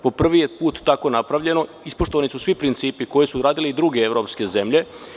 Po prvi put je tako napravljeno i ispoštovani su svi principi koje su uradile i druge evropske zemlje.